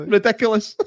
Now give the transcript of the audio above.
Ridiculous